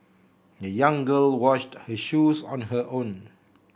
the young girl washed her shoes on her own